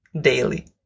daily